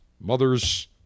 mother's